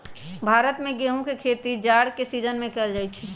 भारत में गेहूम के खेती जाड़ के सिजिन में कएल जाइ छइ